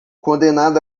condenado